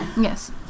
Yes